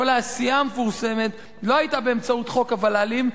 כל העשייה המפורסמת לא היתה באמצעות חוק הוול"לים,